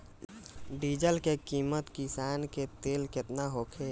Diesel तेल के किमत किसान के लेल केतना होखे?